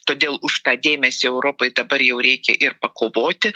todėl už tą dėmesį europai dabar jau reikia ir pakovoti